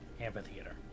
amphitheater